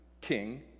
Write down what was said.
king